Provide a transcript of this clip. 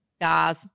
guys